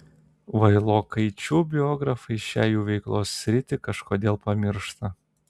vailokaičių biografai šią jų veiklos sritį kažkodėl pamiršta